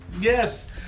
Yes